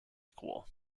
equal